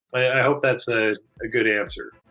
i hope that's a good answer.